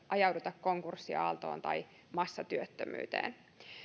ajauduta konkurssiaaltoon tai massatyöttömyyteen